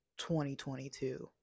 2022